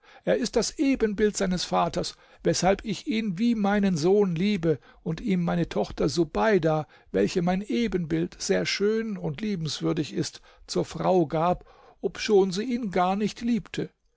er ist das ebenbild seines vaters weshalb ich ihn wie meinen sohn liebe und ihm meine tochter subeida welche mein ebenbild sehr schön und liebenswürdig ist zur frau gab obschon sie ihn gar nicht liebte